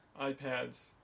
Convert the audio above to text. iPads